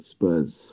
Spurs